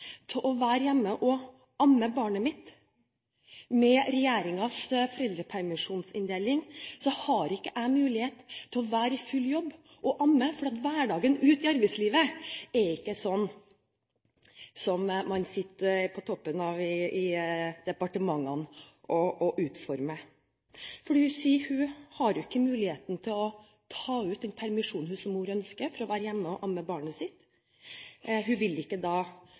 til å være hjemme og amme barnet sitt. Med regjeringens foreldrepermisjonsinndeling har hun ikke mulighet til å være i full jobb og amme, fordi hverdagen i arbeidslivet er ikke slik som den man sitter i toppen av departementene og utformer. Hun sier at hun ikke har mulighet til å ta ut den permisjonen hun som mor ønsker for å være hjemme og amme barnet sitt. Hun vil ikke